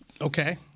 Okay